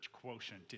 Quotient